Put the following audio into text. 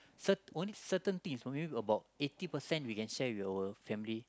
cert~ only certain thing maybe about eighty percent we can share with our family